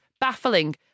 Baffling